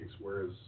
whereas